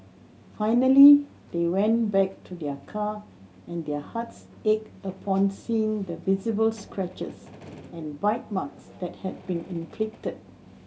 finally they went back to their car and their hearts ached upon seeing the visible scratches and bite marks that had been inflicted